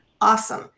awesome